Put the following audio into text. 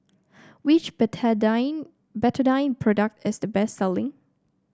which Betadine Betadine product is the best selling